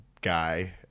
guy